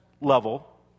level